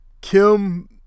Kim